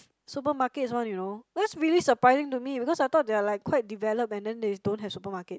supermarkets one you know that's really surprising to me because I thought they are like quite developed and then they don't have supermarket